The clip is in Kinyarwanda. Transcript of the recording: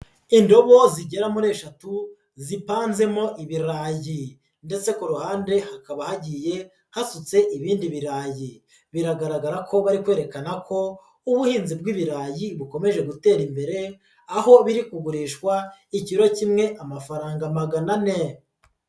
Indobo zigera muri eshatu zipanzemo ibirayi ndetse ku ruhande hakaba hagiye hasutse ibindi birayi biragaragara ko bari kwerekana ko ubuhinzi bw'ibirayi bukomeje gutera imbere aho biri kugurishwa ikiro kimwe amafaranga magana ane.